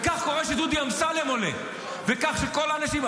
וכך קורה שדודי אמסלם עולה, וכך כשכל האנשים.